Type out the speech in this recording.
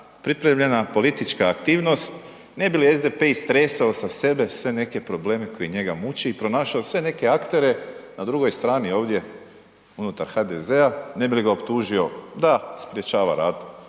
pripremljena politička aktivnost ne bi li SDP istresao sa sebe sve neke probleme koji njega muče i pronašao sve neke aktere na drugoj strani ovdje unutar HDZ-a ne bi li ga optužio da sprječava rad